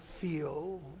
feel